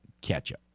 ketchup